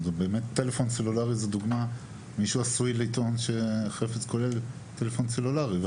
טלפון סלולרי הוא דוגמה ומישהו עשוי לטעון שחפץ כולל טלפון סלולרי.